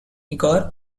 igor